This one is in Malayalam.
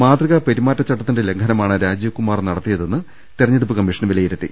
മാതൃകാ പെരുമാറ്റച്ചട്ടത്തിന്റെ ലംഘനമാണ് രാജീവ്കുമാർ നടത്തിയതെന്ന് തെരഞ്ഞെടുപ്പ് കമ്മീഷൻ വിലയിരുത്തി